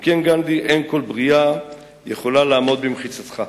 אם כן, גנדי, אין כל ברייה יכולה לעמוד במחיצתך.